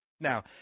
Now